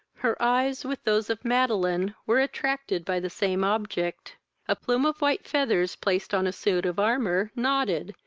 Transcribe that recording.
her eyes, with those of madeline, were attracted by the same object a plume of white feathers, placed on a suit of armour, nodded,